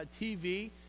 TV